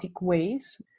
ways